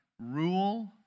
rule